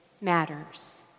matters